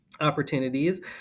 Opportunities